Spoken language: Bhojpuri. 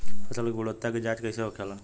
फसल की गुणवत्ता की जांच कैसे होखेला?